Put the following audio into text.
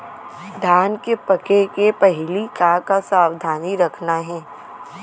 धान के पके के पहिली का का सावधानी रखना हे?